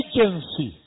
Agency